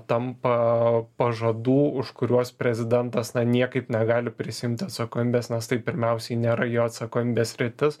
tampa pažadų už kuriuos prezidentas niekaip negali prisiimti atsakomybės nes tai pirmiausiai nėra jo atsakomybės sritis